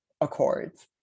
Accords